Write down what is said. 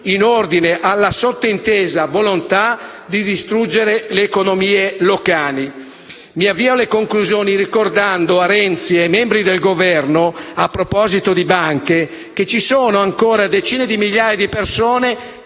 in ordine alla sottointesa volontà di distruggere le economie locali. Mi avvio alle conclusioni ricordando a Renzi e ai membri del Governo, a proposito di banche, che ci sono ancora decine di migliaia di persone